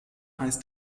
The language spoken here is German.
heißt